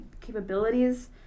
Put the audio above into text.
capabilities